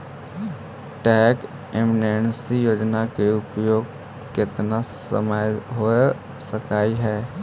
tax amnesty योजना का उपयोग केतना समयला हो सकलई हे